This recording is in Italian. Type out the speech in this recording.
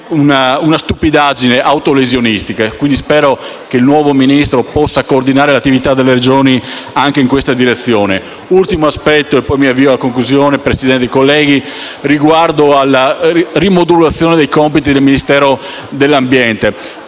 una stupidaggine autolesionista. Spero, quindi, che il nuovo Ministro possa coordinare l'attività delle Regioni anche in questa direzione. L'ultimo aspetto, e mi avvio a concludere, signor Presidente, colleghi, riguarda la rimodulazione dei compiti del Ministero dell'ambiente.